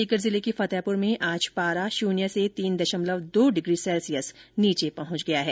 सीकर जिले के फतेहपुर में आज पारा शून्य से तीन दशमलव दो डिग्री नीचे पहुंच गया है